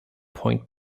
point